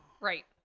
Right